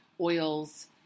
oils